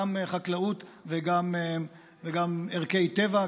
גם חקלאות וגם ערכי טבע,